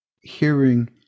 hearing